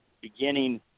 beginning